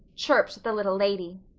chirped the little lady.